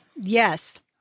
Yes